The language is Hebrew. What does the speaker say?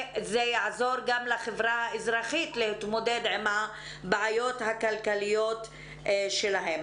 זה יעזור גם לחברה האזרחית להתמודד עם הבעיות הכלכליות שלה.